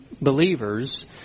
believers